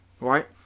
right